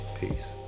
Peace